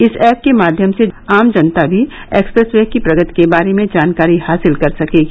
इस एप के माध्यम से आम जनता भी एक्सप्रेस वे की प्रगति के बारे में जानकारी हासिल कर सकेगी